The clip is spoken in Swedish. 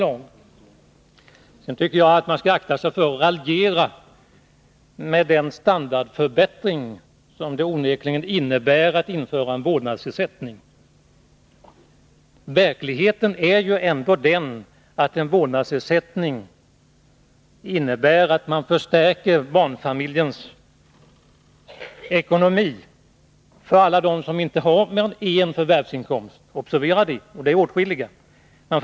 Jag tycker att man skall akta sig för att raljera när det gäller den standardförbättring som införandet av en vårdnadsersättning onekligen innebär. Verkligheten är ändå den att en vårdnadsersättning innebär en förstärkning av ekonomin för alla de barnfamiljer som bara har en förvärvsinkomst. Observera det! Det är åtskilliga.